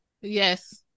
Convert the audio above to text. Yes